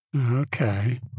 Okay